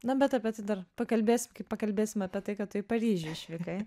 na bet apie tai dar pakalbėsim kai pakalbėsim apie tai kad tu į paryžių išvykai